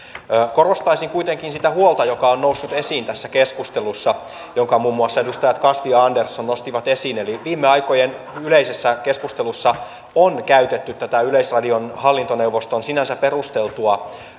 korostaisin kuitenkin sitä huolta joka on noussut esiin tässä keskustelussa jonka muun muassa edustajat kasvi ja andersson nostivat esiin viime aikojen yleisessä keskustelussa on käytetty tätä yleisradion hallintoneuvoston sinänsä perusteltua